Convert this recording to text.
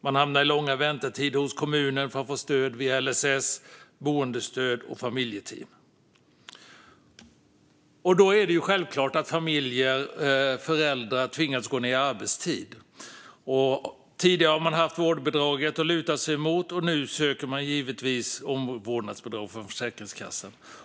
Man hamnar i långa väntetider hos kommunen för att få stöd via LSS, boendestöd och familjeteam. Då är det självklart att många föräldrar tvingas gå ned i arbetstid. Tidigare har man haft vårdbidraget att luta sig mot, och nu söker man givetvis omvårdnadsbidrag från Försäkringskassan.